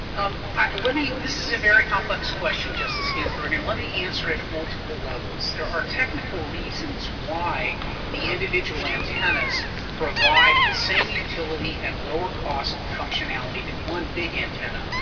um let me this is a very complex question, justice ginsburg, and let me answer it multiple levels. there are technical reasons why the individual antennas provide the same utility at lower costs and functionality than one big antenna.